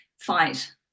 fight